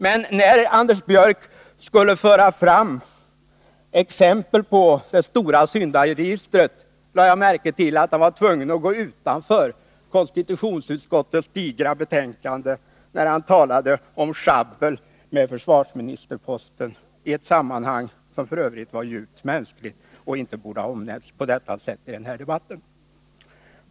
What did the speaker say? Men när Anders Björck skulle föra fram exempel på det stora syndaregistret lade jag märke till att han var tvungen att gå utanför konstitutionsutskottets digra betänkande, nämligen när han talade om sjabbel med försvarsministerposten — i ett sammanhang som f. ö. var djupt mänskligt och inte borde ha omnämnts på detta sätt i den här debatten.